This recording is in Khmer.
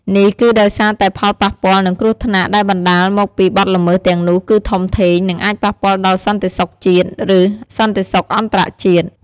នេះគឺដោយសារតែផលប៉ះពាល់ និងគ្រោះថ្នាក់ដែលបណ្តាលមកពីបទល្មើសទាំងនោះគឺធំធេង និងអាចប៉ះពាល់ដល់សន្តិសុខជាតិ ឬសន្តិសុខអន្តរជាតិ។